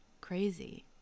Crazy